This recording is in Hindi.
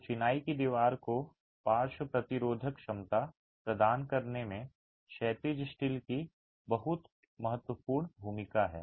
तो चिनाई की दीवार को पार्श्व प्रतिरोधक क्षमता प्रदान करने में क्षैतिज स्टील की बहुत महत्वपूर्ण भूमिका है